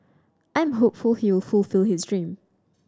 I'm hopeful he will fulfil his dream